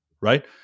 right